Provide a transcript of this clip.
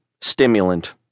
stimulant